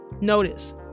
Notice